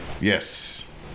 Yes